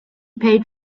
paid